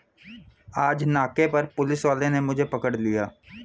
आज नाके पर पुलिस वाले ने मुझे पकड़ लिया